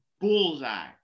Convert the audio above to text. bullseye